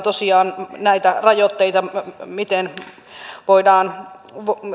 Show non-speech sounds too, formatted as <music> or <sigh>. <unintelligible> tosiaan näitä rajoitteita miten voidaan